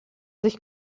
sich